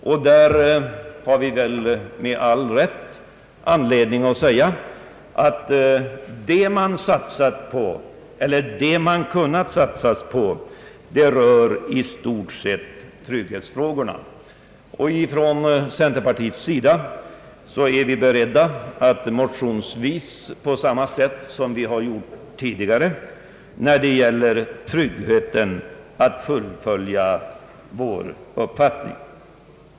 Vi har väl anledning att säga, att det man kunnat satsa på rör i stort sett trygghetsfrågorna. Inom centerpartiet är vi beredda att motionsvis på samma sätt som tidigare fullfölja vår uppfattning när det gäller tryggheten.